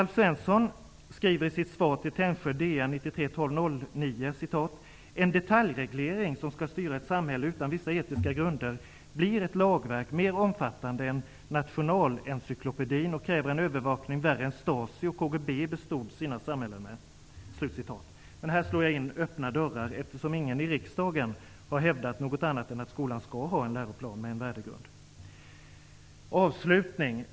Alf Svensson skriver i sitt svar till Tännsjö den 9 december 1993 i Dagens Nyheter: ''En detaljreglering som ska styra ett samhälle utan vissa etiska grunder blir ett lagverk mer omfattande än Nationalencyklopedin och kräver en övervakning värre än Stasi och KGB bestod sina samhällen med.'' Här slår jag in öppna dörrar, eftersom ingen i riksdagen har hävdat något annat än att skolan skall ha en läroplan med en värdegrund.